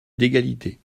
d’égalité